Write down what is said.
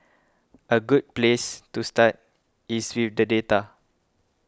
a good place to start is with the data